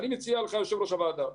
אדוני יושב-ראש הוועדה,